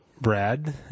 Brad